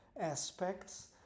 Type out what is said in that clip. aspects